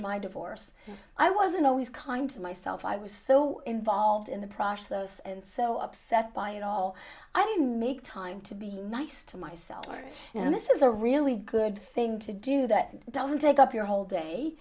my divorce i wasn't always kind to myself i was so involved in the process and so upset by it all i didn't make time to be nice to myself and this is a really good thing to do that doesn't take up your whole